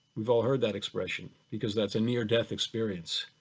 we've all heard that expression because that's a near death experience,